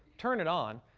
turn it on,